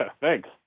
thanks